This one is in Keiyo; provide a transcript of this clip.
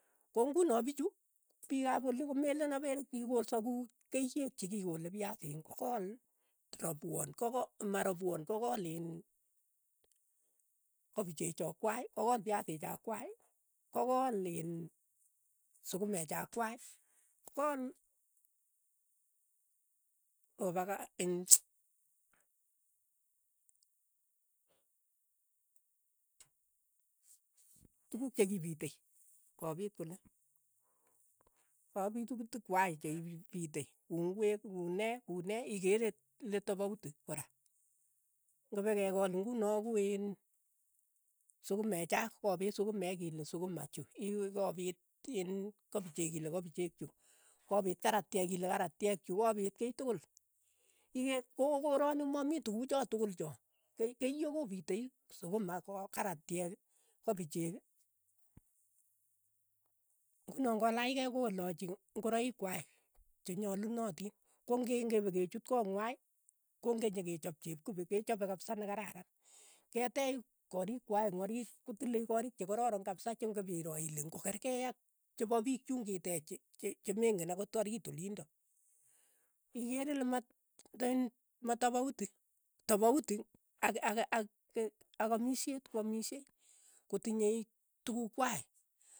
Ko nguno pichu, piik ap oli komeleen apere kikoolsa ku keyek chi kii kole piasiin ko kool rapwon, ko koo marapwoon, ko kool iin kapichek cha kwai, ko kool piasiik cha kwai, ko kool iin sukumek cha kwai, ko kkol ovaca iin mmch tukuk che kipite, kopiit kole, kapitutik kwai che ipiite ku ing'wek, ku ne, ku nee ikeere ile topauti kora, ng'epa kekool nguno ku iin sukumeek cho, kopiit sukumek ile sukuma chu iwe kopiit iin kopichek ile kopichek chu, kopiit karatyek ile karatyek chu, kopiit kiy tukul, ikeer kokokoroni mamii tukuu cha tukul cho, keiy keiyo kopitei sukuma, karatyek, kopichek, ng'uno ng'olaach kei kolachi ng'oroik kwai, che nyalunotin, ko nge- nge pekuchut koo ng'wai, ko ng'enyekechop chepkube kechope kapsa ne kararan, keteech korik kwai ing' oriit kotilei koriik che kararan kapsa cheng'epiroo ile ng'okerkei ak chepo piik chuun kiteech che- che- che meng'een akot oriit olindok, ikere le mat matapauti, tapauti ak- ak- ak ak amishet, kwamishei kotinyei tukuuk kwai.